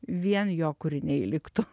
vien jo kūriniai liktų